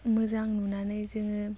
मोजां नुनानै जोङो